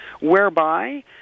Whereby